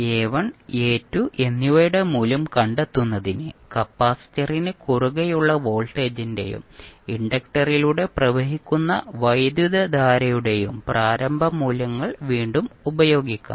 A 1 A 2 എന്നിവയുടെ മൂല്യം കണ്ടെത്തുന്നതിന് കപ്പാസിറ്ററിന് കുറുകെയുള്ള വോൾട്ടേജിന്റെയും ഇൻഡക്റ്ററിലൂടെ പ്രവഹിക്കുന്ന വൈദ്യുതധാരയുടെയും പ്രാരംഭ മൂല്യങ്ങൾ വീണ്ടും ഉപയോഗിക്കാം